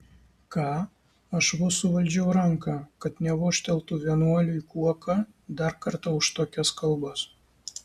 ką aš vos suvaldžiau ranką kad nevožteltų vienuoliui kuoka dar kartą už tokias kalbas